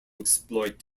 exploit